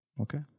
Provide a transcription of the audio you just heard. Okay